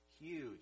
huge